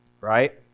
right